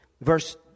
verse